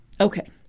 okay